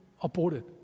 aborted